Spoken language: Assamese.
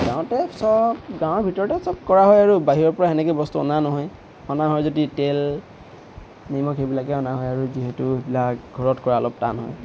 গাঁৱতে সব গাঁৱৰ ভিতৰতে সব কৰা হয় আৰু বাহিৰৰ পৰা তেনেকৈ বস্তু অনা নহয় অনা হয় যদি তেল নিমখ সেইবিলাকে অনা হয় আৰু যিহেতু এইবিলাক ঘৰত কৰা অলপ টান হয়